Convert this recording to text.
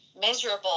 miserable